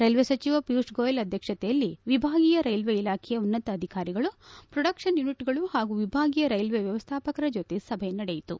railway ಸಚಿವ ಪಿಯೂಷ್ ಗೋಯಲ್ ಅಧ್ವಕ್ಷತೆಯಲ್ಲಿ ವಿಭಾಗೀಯ ರೈಲ್ವೆ ಇಲಾಖೆಯ ಉನ್ನತ ಅಧಿಕಾರಿಗಳು ಮೊಡಕ್ಷನ್ ಯೂನಿಟ್ಗಳು ಹಾಗೂ ವಿಭಾಗೀಯ ರೈಲ್ವೆ ವ್ಯವಸ್ಥಾಪಕರ ಜತೆ ಸಭೆ ನಡೆಯಿತು